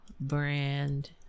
brand